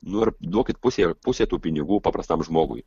nu ir duokit pusė pusė tų pinigų paprastam žmogui